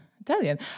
Italian